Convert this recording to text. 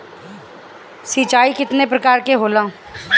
सिंचाई केतना प्रकार के होला?